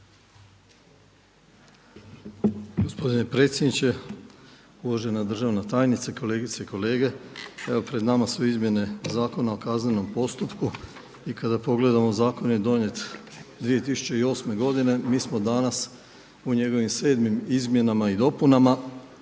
Gospodine predsjedniče, uvažena državna tajnice, kolegice i kolege. Evo pred nama su izmjene Zakona o kaznenom postupku i kada pogledamo zakon je donijet 2008., mi smo danas u njegovim sedmim izmjenama i dopunama